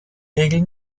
regel